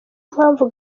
mpamvu